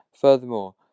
Furthermore